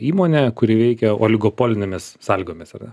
įmonė kuri veikia oligopolinėmis sąlygomis ar ne